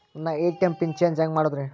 ನನ್ನ ATM PIN change ಹೆಂಗ್ ಮಾಡೋದ್ರಿ?